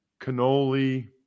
cannoli